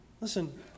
Listen